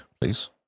please